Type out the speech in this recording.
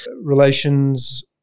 Relations